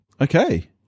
Okay